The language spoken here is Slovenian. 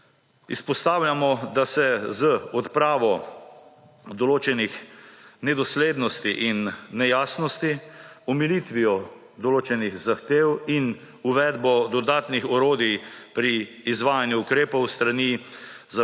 Izpostavljamo, da se z odpravo določenih nedoslednosti in nejasnosti, omilitvijo določenih zahtev in uvedbo dodatnih orodij pri izvajanju ukrepov s strani